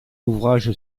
ouvrage